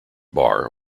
bar